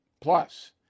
Plus